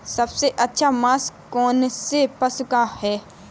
सबसे अच्छा मांस कौनसे पशु का होता है?